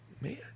man